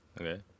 Okay